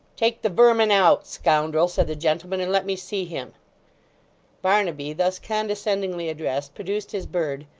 take the vermin out, scoundrel said the gentleman, and let me see him barnaby, thus condescendingly addressed, produced his bird,